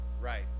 right